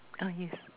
ah yes